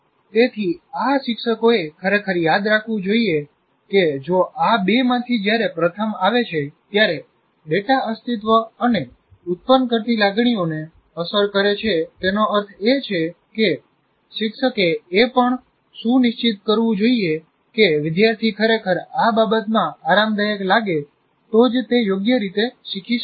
તેથી આ શિક્ષકોએ ખરેખર યાદ રાખવું જોઈએ કે જો આ બેમાંથી જયારે પ્રથમ આવે છે ત્યારે ડેટા અસ્તિત્વ અને ઉત્પન્ન કરતી લાગણીઓને અસર કરે છે તેનો અર્થ એ છે કે શિક્ષકે એ પણ સુનિશ્ચિત કરવું જોઈએ કે વિદ્યાર્થી ખરેખર આ બાબતમાં આરામદાયક લાગે તો જ તે યોગ્ય રીતે શીખી શકે છે